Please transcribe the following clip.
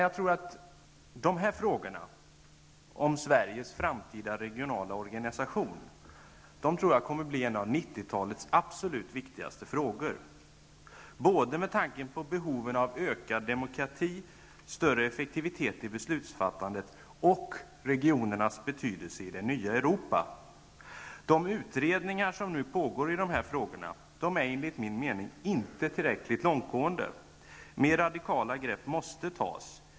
Jag tror att frågorna om Sveriges framtida regionala organisation kommer att bli en av 1990-talets absolut viktigaste frågor -- både med tanke på behoven av ökad demokrati, större effektivitet i beslutsfattandet och regionernas betydelse i det nya Europa. De utredningar som nu pågår i frågorna är enligt min mening inte tillräckligt långtgående. Mer radikala grepp måste tas.